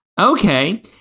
okay